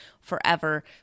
forever